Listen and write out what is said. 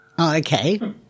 Okay